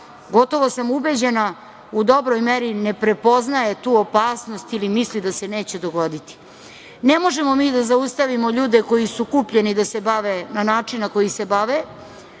gotovo sam ubeđena u dobroj meri ne prepoznaje tu opasnost ili misli da se neće dogoditi. Ne možemo mi da zaustavimo ljude koji su kupljeni da se bave na način na koji se bave.